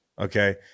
Okay